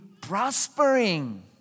prospering